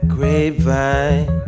Grapevine